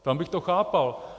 Tam bych to chápal.